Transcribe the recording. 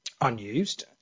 Unused